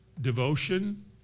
devotion